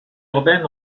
urbaine